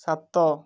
ସାତ